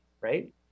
right